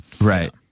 right